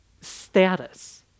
status